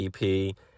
EP